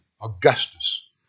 Augustus